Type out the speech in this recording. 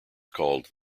called